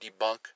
debunk